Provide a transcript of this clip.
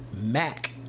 Mac